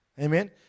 amen